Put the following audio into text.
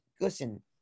listen